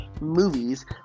movies